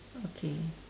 okay